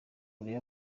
urebe